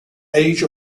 age